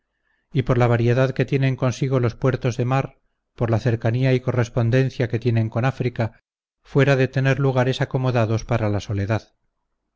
y por la variedad que tienen consigo los puertos de mar por la cercanía y correspondencia que tienen con áfrica fuera de tener lugares acomodados